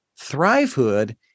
Thrivehood